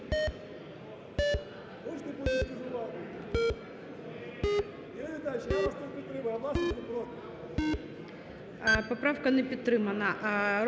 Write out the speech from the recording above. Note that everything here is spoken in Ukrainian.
Поправка не підтримана